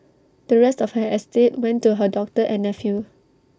the rest of her estate went to her doctor and nephew